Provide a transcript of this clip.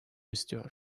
istiyor